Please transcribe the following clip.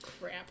crap